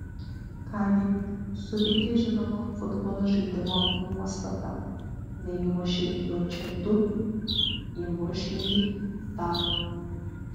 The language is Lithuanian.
ką gi suveikė žinoma futbolo žaidimo nuostata neįmušei įvarčio tu įmuš jį tau